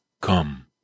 come